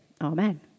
amen